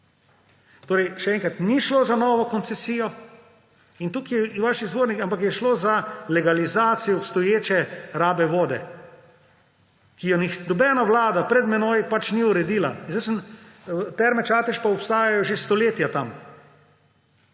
Torej še enkrat, ni šlo za novo koncesijo in tukaj je vaš izvornik, ampak je šlo za legalizacijo obstoječe rabe vode, ki je nobena vlada pred menoj pač ni uredila. Terme Čatež pa obstajajo že stoletja tam.